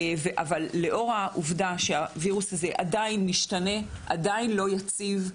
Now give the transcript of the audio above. לאור העובדה שהווירוס עדיין משתנה, עדיין לא יציב,